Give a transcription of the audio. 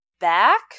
back